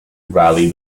rally